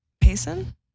Payson